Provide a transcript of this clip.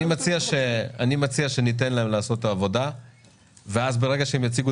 אני מציע שניתן להם לעשות את העבודה ואז ברגע שהם יציגו